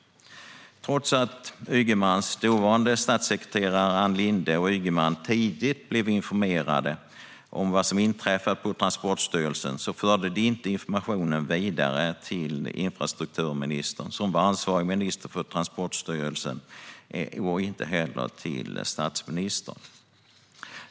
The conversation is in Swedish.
Trots att han och hans dåvarande statssekreterare Ann Linde tidigt blev informerade om vad som inträffat på Transportstyrelsen förde de inte informationen vidare till infrastrukturministern, som var ansvarig minister för Transportstyrelsen, eller till statsministern.